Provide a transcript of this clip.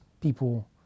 people